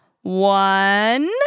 One